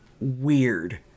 weird